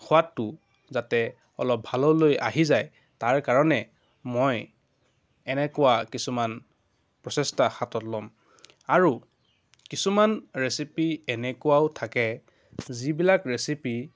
সোৱাদটো যাতে অলপ ভাললৈ আহি যায় তাৰ কাৰণে মই এনেকুৱা কিছুমান প্ৰচেষ্টা হাতত ল'ম আৰু কিছুমান ৰেচিপি এনেকুৱাও থাকে যিবিলাক ৰেচিপি